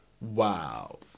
Wow